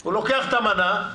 הוא לוקח את המנה,